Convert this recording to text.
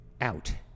Out